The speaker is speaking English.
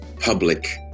public